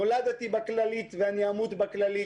נולדתי בכללית ואמות בכללית.